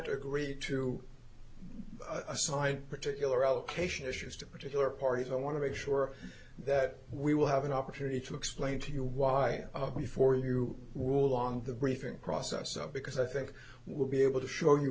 t agree to assign particular allocation issues to particular parties i want to make sure that we will have an opportunity to explain to you why before you rule long the briefing process up because i think we'll be able to show you